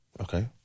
Okay